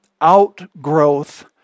outgrowth